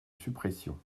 suppression